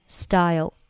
style